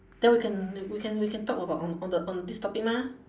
then we can we can we can talk about on on the on this topic mah